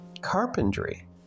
carpentry